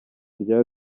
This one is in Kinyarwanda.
rya